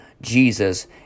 Jesus